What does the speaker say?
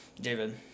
David